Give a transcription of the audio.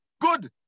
good